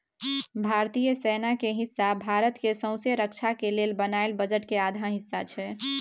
भारतीय सेना के हिस्सा भारत के सौँसे रक्षा के लेल बनायल बजट के आधा हिस्सा छै